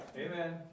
Amen